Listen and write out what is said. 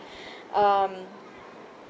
um